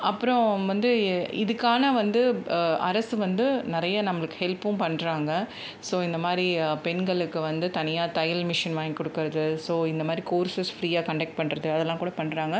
அப்புறம் வந்து ஏ இதுக்கான வந்து அரசு வந்து நிறையா நம்மளுக்கு ஹெல்பும் பண்ணுறாங்க ஸோ இந்த மாதிரி பெண்களுக்கு வந்து தனியாக தையல் மிஷின் வாங்கி கொடுக்குறது ஸோ இந்த மாதிரி கோர்சஸ் ஃப்ரீயாக கண்டெக்ட் பண்ணுறது அதெல்லாம் கூட பண்ணுறாங்க